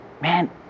man